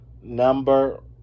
number